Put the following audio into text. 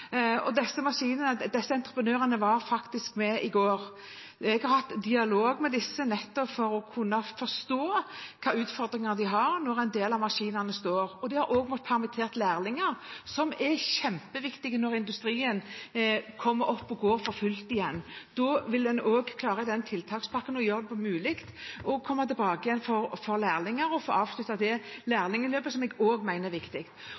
Disse entreprenørene var faktisk med i går. Jeg har hatt dialog med disse nettopp for å kunne forstå hvilke utfordringer de har når en del av maskinene står. De har også måttet permittere lærlinger, som er kjempeviktige når industrien kommer opp å gå for fullt igjen. Da vil en også ha klar den tiltakspakken og gjøre det mulig for lærlinger å komme tilbake og få avsluttet lærlingløpet, som jeg også mener er viktig. Så spør representanten om det